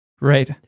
Right